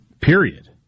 period